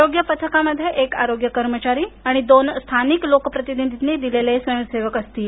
आरोग्य पथकामध्ये एक आरोग्य कर्मचारी आणि दोन स्थानिक लोकप्रतिनिधींनी दिलेला स्वयंसेवक राहणार आहे